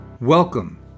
Welcome